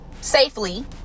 safely